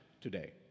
today